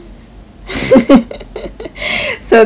so that I can